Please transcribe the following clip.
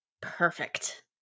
Perfect